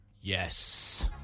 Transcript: Yes